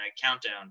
countdown